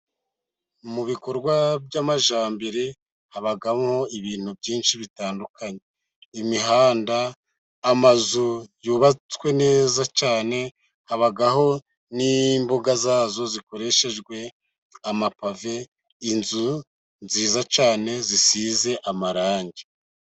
Mu bikorwa by' amajyambere habagamo, ibintu byinshi bitandukanye: imihanda, amazu yubatswe neza cyane habagaho n' imbuga zazo zikoreshejwe amapave, inzu nziza cyane zisize amarangi.